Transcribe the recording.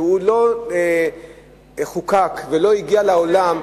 שלא חוקק ולא הגיע לעולם,